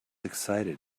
excited